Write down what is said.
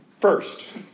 first